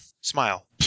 smile